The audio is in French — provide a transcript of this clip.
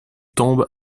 tombent